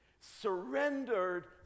surrendered